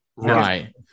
Right